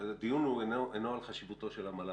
הדיון אינו על חשיבותו של המל"ל.